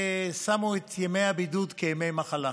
ושמו את ימי הבידוד כימי מחלה.